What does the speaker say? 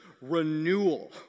Renewal